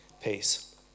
peace